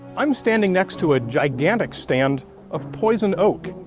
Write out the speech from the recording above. i'm standing next to a gigantic stand of poison oak.